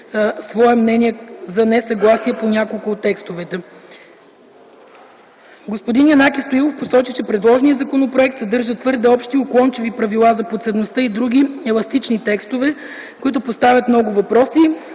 своето мнение за несъгласие по няколко от текстовете. Господин Янаки Стоилов посочи, че предложеният законопроект съдържа твърде общи, уклончиви правила за подсъдността и други „еластични” текстове, които поставят много въпроси.